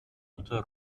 unter